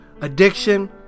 addiction